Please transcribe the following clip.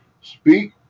Speak